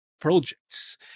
projects